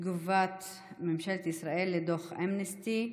תגובת ממשלת ישראל על דוח אמנסטי,